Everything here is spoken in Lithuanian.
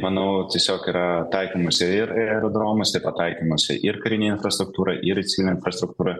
manau tiesiog yra taikymas ir ir aerodromas ir pataikymas ir karinė infrastruktūra ir infrastruktūra